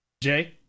Jay